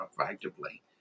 effectively